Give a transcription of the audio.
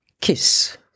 Kiss